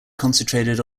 concentrated